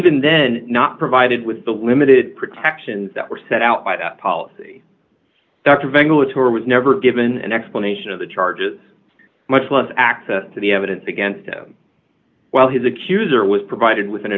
even then not provided with the limited protections that were set out by that policy dr veiga latour was never given an explanation of the charges much less access to the evidence against him while his accuser was provided with